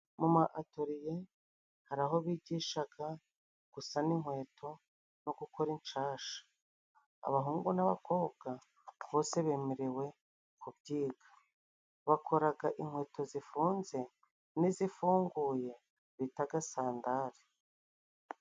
Muma atoriye hari aho bigishaga gusana inkweto no gukora inshasha, abahungu n'abakobwa bose bemerewe kubyiga, bakoraga inkweto zifunze n'izifunguye bitaga sandari.